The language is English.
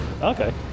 Okay